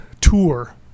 tour